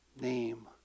Name